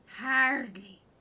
Hardly